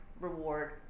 reward